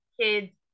kids